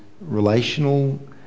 relational